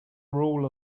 rule